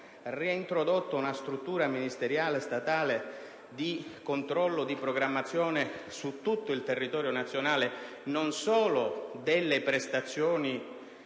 reintrodurre una struttura ministeriale e statale di controllo e di programmazione su tutto il territorio nazionale (non solo delle prestazioni